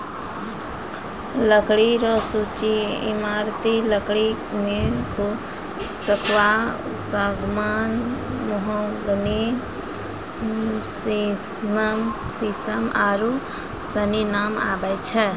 लकड़ी रो सूची ईमारती लकड़ियो मे सखूआ, सागमान, मोहगनी, सिसम आरू सनी नाम आबै छै